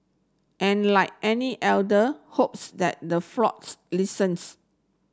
and like any elder hopes that the flocks listens